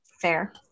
Fair